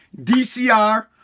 DCR